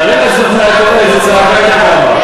תארי לעצמך מה היה קורה, איזו צעקה הייתה קמה.